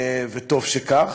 וטוב שכך.